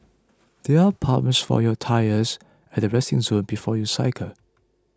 there are pumps for your tyres at the resting zone before you cycle